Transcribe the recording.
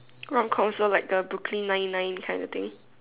rom com so like the Brooklyn nine nine kind of thing